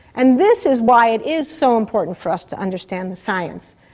and this is why it is so important for us to understand the science,